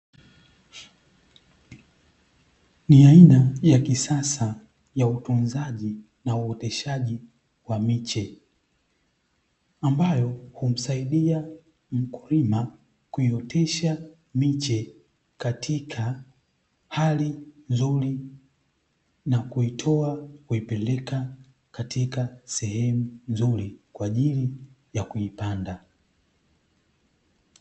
Ni aina ya kisasa ya utunzaji na uoteshaji wa miche ambayo humsaidia mkulima kuiotesha miche katika hali nzuri na kuitoa kuipeleka katika sehemu nzuri, kwa ajili ya kuipanda.